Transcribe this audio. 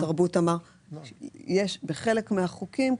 נרצה לקבל נתונים מהמשטרה לגבי אחוז הקטינים שנתפסו קונים בתחנות.